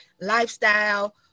lifestyle